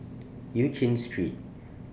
EU Chin Street